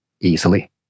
easily